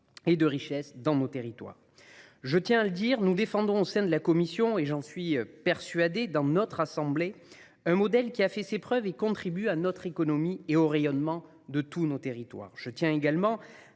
et de richesse dans nos territoires. Je tiens à dire que nous défendrons, au sein de la commission – et, j’en suis persuadé, dans notre assemblée –, un modèle qui a fait ses preuves et contribue à notre économie et au rayonnement de tous nos territoires. Je tiens également